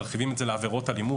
מרחיבים את זה לעבירות אלימות.